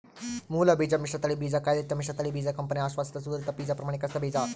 ಮೂಲಬೀಜ ಮಿಶ್ರತಳಿ ಬೀಜ ಕಾಯ್ದಿಟ್ಟ ಮಿಶ್ರತಳಿ ಬೀಜ ಕಂಪನಿ ಅಶ್ವಾಸಿತ ಸುಧಾರಿತ ಬೀಜ ಪ್ರಮಾಣೀಕರಿಸಿದ ಬೀಜ